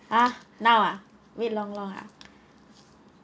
ah now ah wait long long ah